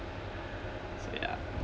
so ya